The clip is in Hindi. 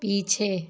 पीछे